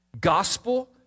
Gospel